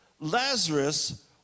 Lazarus